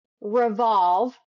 revolve